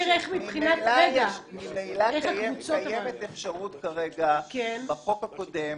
ממילא קיימת אפשרות כרגע בחוק הקודם